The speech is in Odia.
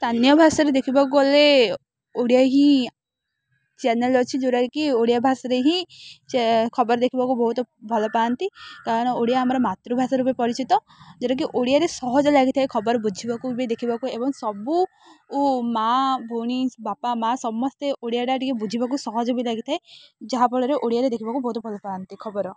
ସ୍ଥାନୀୟ ଭାଷାରେ ଦେଖିବାକୁ ଗଲେ ଓଡ଼ିଆ ହିଁ ଚ୍ୟାନେଲ୍ ଅଛି ଯେଉଁଟାକି ଓଡ଼ିଆ ଭାଷାରେ ହିଁ ଖବର ଦେଖିବାକୁ ବହୁତ ଭଲ ପାଆନ୍ତି କାରଣ ଓଡ଼ିଆ ଆମର ମାତୃଭାଷା ରୂପେ ପରିଚିତ ଯେଉଁଟାକି ଓଡ଼ିଆରେ ସହଜ ଲାଗିଥାଏ ଖବର ବୁଝିବାକୁ ବି ଦେଖିବାକୁ ଏବଂ ସବୁ ମାଆ ଭଉଣୀ ବାପା ମାଆ ସମସ୍ତେ ଓଡ଼ିଆଟା ଟିକେ ବୁଝିବାକୁ ସହଜ ବି ଲାଗିଥାଏ ଯାହାଫଳରେ ଓଡ଼ିଆରେ ଦେଖିବାକୁ ବହୁତ ଭଲ ପାଆନ୍ତି ଖବର